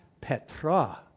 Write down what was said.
Petra